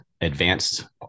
advanced